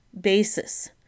basis